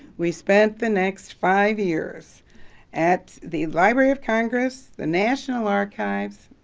we spent the next five years at the library of congress, the national archives,